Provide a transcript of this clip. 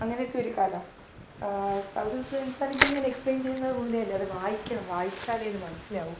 അങ്ങനത്തെ ഒരു കഥ തൗസൻഡ് സ്പ്ളെൻഡിഡ് സൺസ് ഞാൻ എക്സ്പ്ലെയ്ൻ ചെയ്യുന്ന പോലെയല്ല അത് വായിക്കണം വായിച്ചാലേ അത് മനസ്സിലാവു